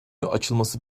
açılması